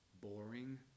boring